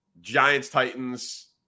Giants-Titans